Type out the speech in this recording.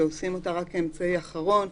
שעושים אותה רק כאמצעי אחרון,